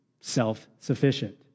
self-sufficient